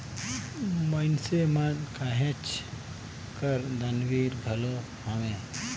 मइनसे मन कहेच कर दानबीर घलो हवें